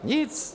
Nic.